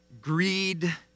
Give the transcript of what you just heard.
greed